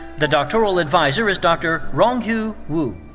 the doctoral adviser is dr. wong hu wu.